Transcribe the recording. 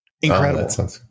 Incredible